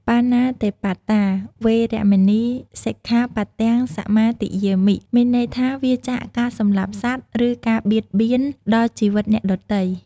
បាណាតិបាតា វេរមណី សិក្ខាបទំ សមាទិយាមិ មានន័យថា វៀរចាកការសម្លាប់សត្វ ឬការបៀតបៀនដល់ជីវិតអ្នកដទៃ។